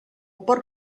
porc